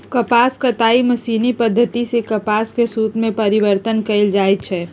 कपास कताई मशीनी पद्धति सेए कपास के सुत में परिवर्तन कएल जाइ छइ